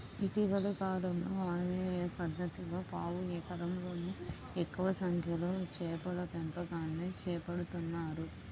ఇటీవలి కాలంలో ఆర్.ఏ.ఎస్ పద్ధతిలో పావు ఎకరంలోనే ఎక్కువ సంఖ్యలో చేపల పెంపకాన్ని చేపడుతున్నారు